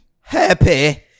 happy